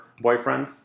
boyfriend